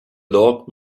log